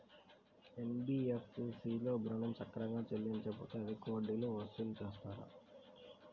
NBFC లలో ఋణం సక్రమంగా చెల్లించలేకపోతె అధిక వడ్డీలు వసూలు చేస్తారా?